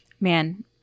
man